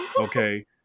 Okay